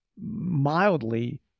mildly